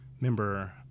member